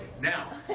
Now